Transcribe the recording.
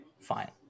fine